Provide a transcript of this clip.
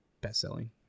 best-selling